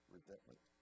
Resentment